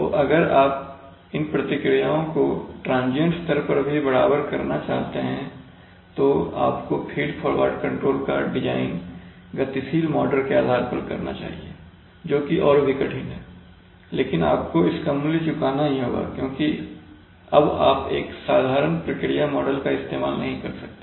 तो अगर आप इन प्रतिक्रियाओं को ट्रांजियंट स्तर पर भी बराबर करना चाहते हैं तो आपको फीड फॉरवर्ड कंट्रोलर का डिजाइन गतिशील मॉडल के आधार पर करना चाहिए जोकि और भी कठिन है लेकिन आपको इसका मूल्य चुकाना ही होगा क्योंकि अब आप एक साधारण प्रक्रिया मॉडल का इस्तेमाल नहीं कर सकते